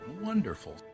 Wonderful